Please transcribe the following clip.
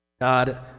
God